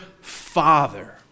Father